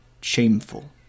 shameful